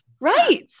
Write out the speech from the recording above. Right